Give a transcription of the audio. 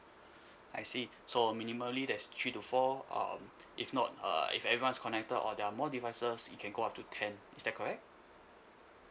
I see so minimally there's three to four um if not uh if everyone is connected or there are more devices you can go up to ten is that correct